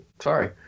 sorry